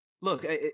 look